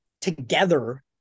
together